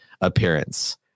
appearance